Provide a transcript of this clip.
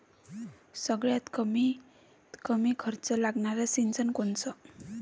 सगळ्यात कमीत कमी खर्च लागनारं सिंचन कोनचं?